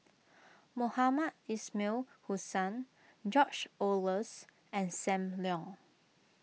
Mohamed Ismail Hussain George Oehlers and Sam Leong